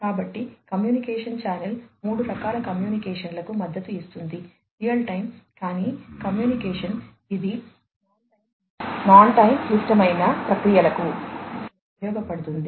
కాబట్టి communication channel మూడు రకాల కమ్యూనికేషన్లకు మద్దతు ఇస్తుంది రియల్ టైమ్ కాని కమ్యూనికేషన్ ఇది నాన్ టైమ్ క్లిష్టమైన ప్రక్రియలకు ఉపయోగించబడుతుంది